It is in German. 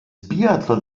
biathlon